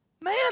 Man